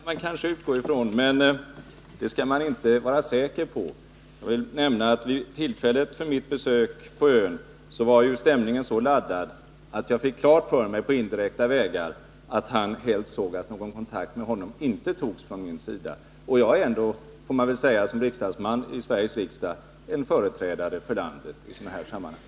Herr talman! Det kan man kanske utgå från, men jag tror inte att man skall vara alltför säker på att det blir så. Jag vill nämna att vid tillfället för mitt besök på ön var stämningen så laddad, att konsuln — vilket jag fick klart för mig på indirekta vägar — helst såg att någon kontakt med honom inte togs från min sida, och som ledamot av Sveriges riksdag är jag ju ändå att betrakta som företrädare för landet i sådana här sammanhang.